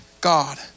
God